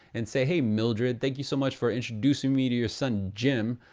and say, hey mildred, thank you so much for introducing me to your son jim.